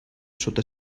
sota